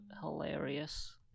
hilarious